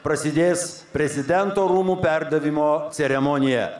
prasidės prezidento rūmų perdavimo ceremonija